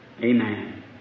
Amen